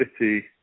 City